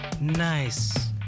nice